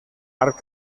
arc